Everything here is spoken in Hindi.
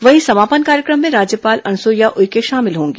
वहीं समापन कार्यक्रम में राज्यपाल अनुसूईया उइके शामिल होगी